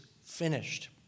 finished